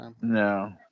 No